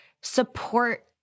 support